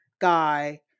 guy